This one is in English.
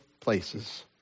places